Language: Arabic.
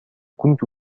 كنت